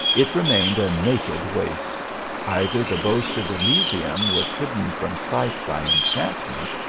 it re mained a naked waste either the boasted elysium was hidden from sight by enchantment,